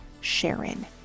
Sharon